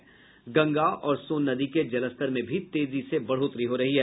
जबकि गंगा और सोन नदी के जलस्तर में तेजी भी से बढ़ोतरी हो रही है